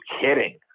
kidding